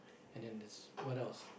and then there's what else